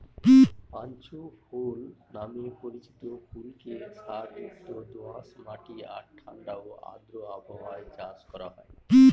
পাঁচু ফুল নামে পরিচিত ফুলকে সারযুক্ত দোআঁশ মাটি আর ঠাণ্ডা ও আর্দ্র আবহাওয়ায় চাষ করা হয়